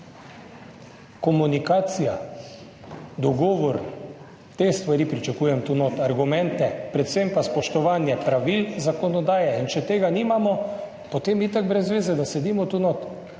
Komunikacija, dogovor, te stvari pričakujem tu notri, argumente, predvsem pa spoštovanje pravil zakonodaje. In če tega nimamo, potem je itak brez zveze, da sedimo tu notri.